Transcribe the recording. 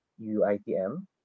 UITM